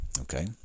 okay